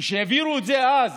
כשהעבירו את זה אז